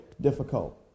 difficult